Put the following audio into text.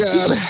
God